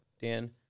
Dan